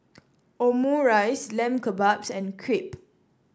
Omurice Lamb Kebabs and Crepe